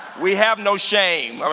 we have no shame.